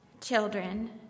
Children